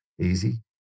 easy